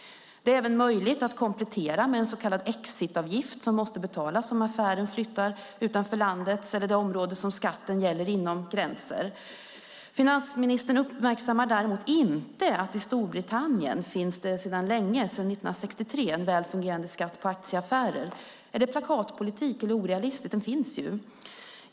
Det är även möjligt att komplettera med en så kallad exitavgift som måste betalas om affären flyttas utanför gränserna för landet eller det område som skatten gäller inom. Finansministern uppmärksammar inte att det i Storbritannien finns en väl fungerande skatt på aktieaffärer sedan 1963. Är det plakatpolitik eller orealistiskt? Den finns ju.